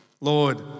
Lord